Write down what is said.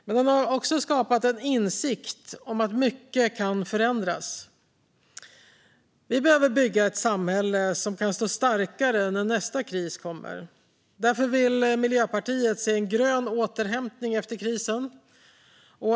Men den har också skapat en insikt om att mycket kan förändras. Vi behöver bygga ett samhälle som kan stå starkare när nästa kris kommer. Därför vill Miljöpartiet se en grön återhämtning efter krisen.